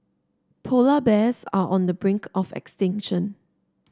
polar bears are on the brink of extinction